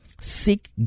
Seek